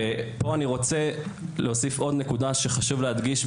פה אני רוצה להוסיף עוד נקודה שחשוב להדגיש,